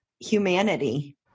humanity